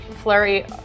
Flurry